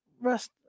rest